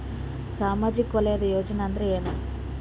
ಸಾಮಾಜಿಕ ವಲಯದ ಯೋಜನೆ ಅಂದ್ರ ಏನ?